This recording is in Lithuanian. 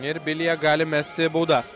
ir vilija gali mesti baudas